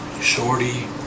Shorty